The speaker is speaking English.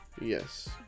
Yes